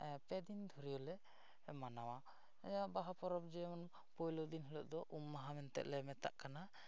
ᱯᱮ ᱫᱤᱱ ᱫᱷᱩᱨᱭᱟᱹᱞᱮ ᱢᱟᱱᱟᱣᱟ ᱱᱚᱣᱟ ᱵᱟᱦᱟ ᱯᱚᱨᱚᱵᱽ ᱡᱮᱢᱚᱱ ᱯᱳᱭᱞᱳ ᱫᱤᱱ ᱦᱤᱞᱳᱜ ᱫᱚ ᱩᱢ ᱢᱟᱦᱟ ᱢᱮᱱᱛᱮᱫ ᱞᱮ ᱢᱮᱛᱟᱜ ᱠᱟᱱᱟ